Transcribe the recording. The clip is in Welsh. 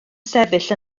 sefyll